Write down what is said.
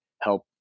help